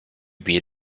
beat